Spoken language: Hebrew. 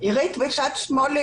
זה לא נלקח בחשבון.